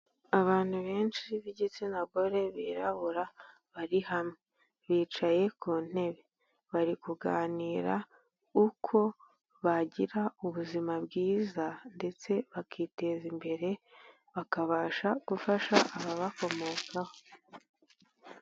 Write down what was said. Abantu benshi b'igitsina gore birabura bari hamwe, bicaye ku ntebe bari kuganira uko bagira ubuzima bwiza ndetse bakiteza imbere bakabasha gufasha ababakomokaho.